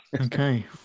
Okay